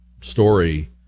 story